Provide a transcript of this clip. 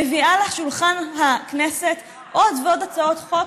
מביאה לשולחן הכנסת עוד ועוד הצעות חוק